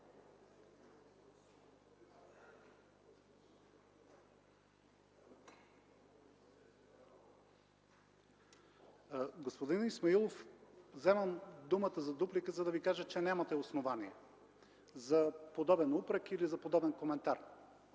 Господин Исмаилов, вземам думата за дуплика, за да Ви кажа, че нямате основание за подобен упрек или за подобен коментар.